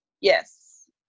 Yes